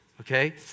okay